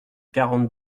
quarante